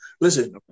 listen